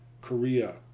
Korea